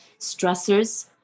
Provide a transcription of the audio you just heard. stressors